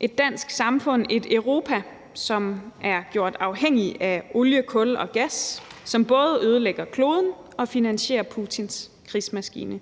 et dansk samfund og et Europa, som er gjort afhængige af olie, kul og gas, som både ødelægger kloden og finansierer Putins krigsmaskine.